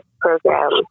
program